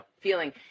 feeling